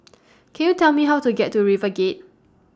Can YOU Tell Me How to get to RiverGate